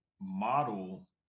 model